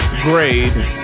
Grade